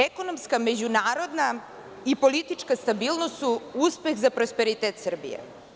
Ekonomska, međunarodna i politička stabilnost su uspeh za prosperitet Srbije.